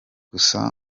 gusa